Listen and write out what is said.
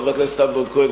חבר הכנסת אמנון כהן,